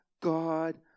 God